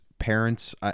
parents